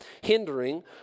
hindering